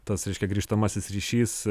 tas reiškia grįžtamasis ryšys